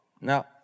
Now